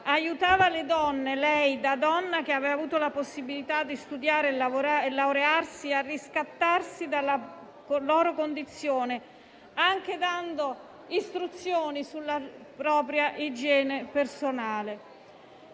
Aiutava le donne - lei, da donna che aveva avuto la possibilità di studiare e laurearsi - a riscattarsi dalla loro condizione, anche dando istruzioni sulla propria igiene personale.